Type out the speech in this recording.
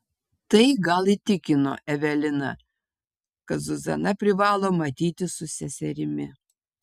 tai gal įtikino eveliną kad zuzana privalo matytis su seserimi